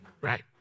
Right